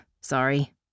sorry